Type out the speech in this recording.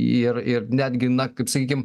ir ir netgi na kaip sakykim